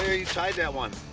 you tied that one?